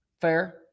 Fair